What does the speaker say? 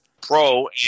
Pro